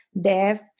depth